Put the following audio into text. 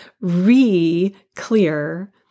re-clear